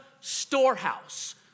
storehouse